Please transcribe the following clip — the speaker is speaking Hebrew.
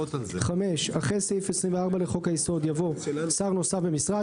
5. אחרי סעיף 24 לחוק היסוד יבוא: "שר נוסף במשרד